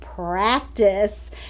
practice